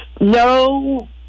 no